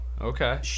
okay